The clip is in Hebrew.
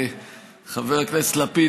חבר הכנסת לפיד,